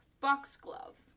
Foxglove